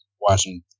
watching